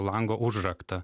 lango užraktą